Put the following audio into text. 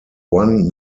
one